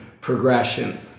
progression